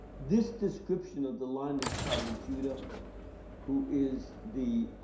this description of the lion of the tribe of judah who is the